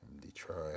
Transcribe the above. Detroit